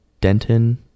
Denton